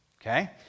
okay